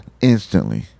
instantly